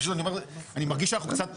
פשוט אני אומר, אני מרגיש שאנחנו קצת טוחנים.